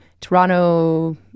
Toronto